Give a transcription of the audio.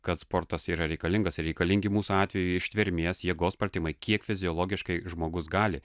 kad sportas yra reikalingas ir reikalingi mūsų atveju ištvermės jėgos pratimai kiek fiziologiškai žmogus gali